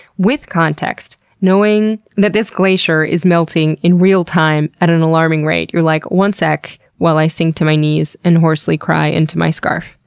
with context, knowing that this glacier is melting in real time at an alarming rate you're like one sec, while i sink to my knees and hoarsely cry into my scarf,